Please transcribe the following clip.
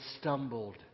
stumbled